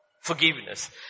forgiveness